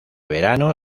verano